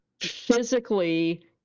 physically